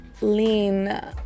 lean